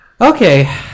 okay